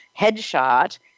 headshot